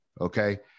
Okay